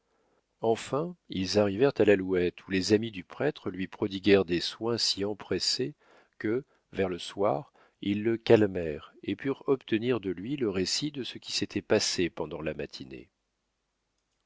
enfin ils arrivèrent à l'alouette où les amis du prêtre lui prodiguèrent des soins si empressés que vers le soir ils le calmèrent et purent obtenir de lui le récit de ce qui s'était passé pendant la matinée